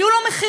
היו לו מחירים: